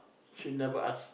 she never ask